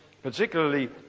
particularly